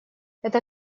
это